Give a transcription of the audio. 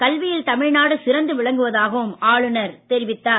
கல்வியில் தமிழ்நாடு சிறந்து விளங்குவதாகவும் ஆளுநர் கூறினார்